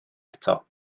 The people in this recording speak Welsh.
eto